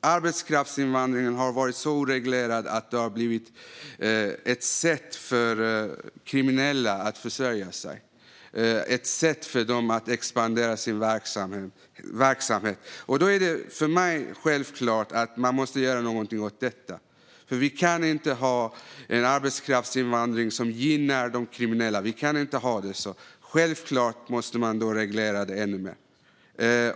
arbetskraftsinvandringen har varit så oreglerad att den har blivit ett sätt för kriminella att försörja sig och expandera sin verksamhet. Då är det för mig självklart att man måste göra något åt detta. Vi kan inte ha en arbetskraftsinvandring som gynnar de kriminella. Självklart måste man reglera det ännu mer.